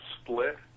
split